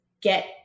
get